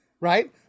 right